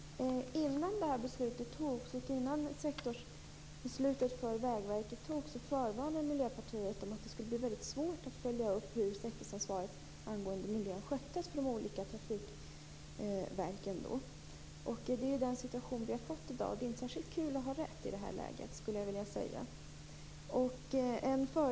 Herr talman! Innan detta beslutet fattades, och innan sektorsbeslutet för Vägverket fattades, förvarnade Miljöpartiet om att det skulle bli väldigt svårt att följa upp hur sektorsansvaret angående miljön sköttes på de olika trafikverken. Det är den situation vi har i dag. Det är inte särskilt kul att ha rätt i detta läge.